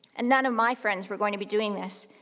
and none of my friends were going to be doing this.